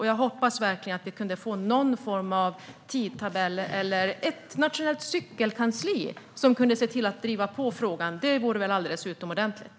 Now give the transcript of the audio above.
Jag hoppas verkligen att vi kan få någon form av tidtabell eller kanske ett nationellt cykelkansli som kan se till att driva på frågan. Det vore väl alldeles utomordentligt.